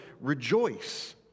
rejoice